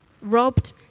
robbed